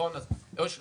לנו